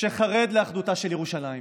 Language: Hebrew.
שחרד לאחדותה של ירושלים,